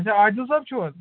اچھا عادل صٲب چھُو حظ